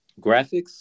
Graphics